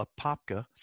Apopka